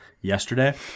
yesterday